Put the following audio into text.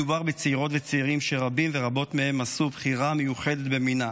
מדובר בצעירות ובצעירים שרבים ורבות מהם עשו בחירה מיוחדת במינה,